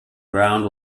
ground